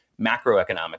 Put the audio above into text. macroeconomic